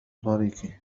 طريقي